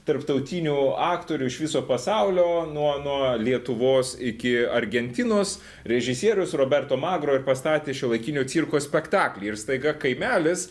tarptautinių aktorių iš viso pasaulio nuo nuo lietuvos iki argentinos režisierius roberto magro ir pastatė šiuolaikinio cirko spektaklį ir staiga kaimelis